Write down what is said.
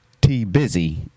T-Busy